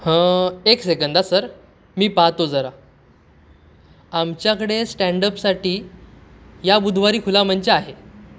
हं एक सेकंद हां सर मी पाहतो जरा आमच्याकडे स्टँडपसाठी या बुधवारी खुला मंच आहे